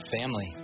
family